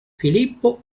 filippo